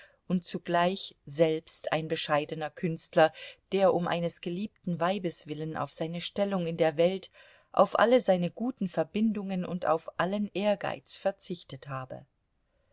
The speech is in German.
und zugleich selbst ein bescheidener künstler der um eines geliebten weibes willen auf seine stellung in der welt auf alle seine guten verbindungen und auf allen ehrgeiz verzichtet habe